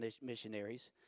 missionaries